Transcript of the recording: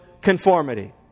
conformity